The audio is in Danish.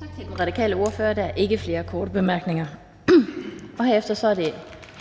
Tak til den radikale ordfører. Der er ikke flere korte bemærkninger. Herefter er det